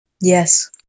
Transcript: Yes